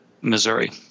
Missouri